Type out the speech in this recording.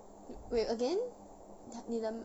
wait again 你的